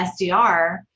SDR